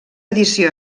edició